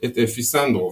את אפי סנדרוב,